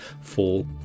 fall